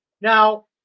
Now